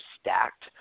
stacked